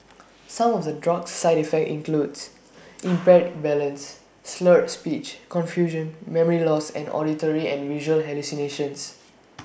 some of the drug's side effects include impaired balance slurred speech confusion memory loss and auditory and visual hallucinations